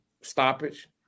stoppage